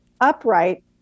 upright